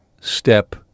step